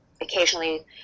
occasionally